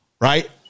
right